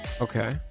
Okay